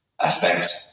Affect